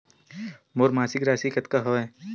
मोर मासिक राशि कतका हवय?